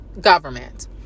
government